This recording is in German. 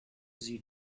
sie